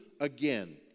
again